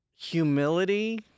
Humility